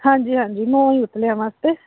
ਹਾਂਜੀ ਹਾਂਜੀ ਨੌਂ ਹੀ ਉਤਲਿਆਂ ਵਾਸਤੇ